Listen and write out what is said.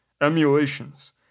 emulations